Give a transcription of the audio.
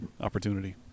opportunity